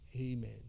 Amen